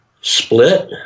Split